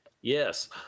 yes